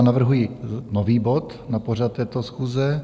Navrhuju nový bod na pořad této schůze.